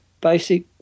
basic